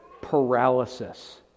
paralysis